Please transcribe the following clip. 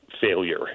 failure